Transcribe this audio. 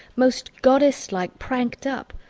most goddess-like prank'd up.